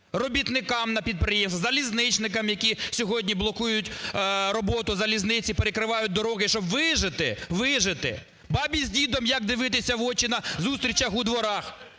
робітникам на підприємствах, залізничникам, які сьогодні блокують роботу залізниці, перекривають дороги, щоб вижити… вижити, бабі з дідом, як дивитися в очі на зустрічах у дворах.